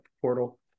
portal